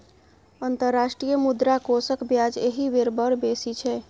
अंतर्राष्ट्रीय मुद्रा कोषक ब्याज एहि बेर बड़ बेसी छै